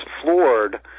floored